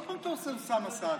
עוד פעם אתה עושה אוסאמה סעדי.